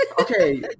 Okay